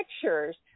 pictures